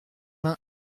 vingt